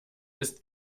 ist